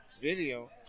video